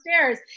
stairs